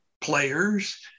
players